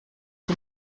dem